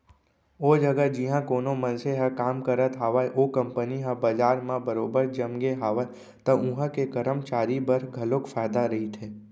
ओ जघा जिहाँ कोनो मनसे ह काम करत हावय ओ कंपनी ह बजार म बरोबर जमगे हावय त उहां के करमचारी बर घलोक फायदा रहिथे